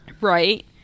Right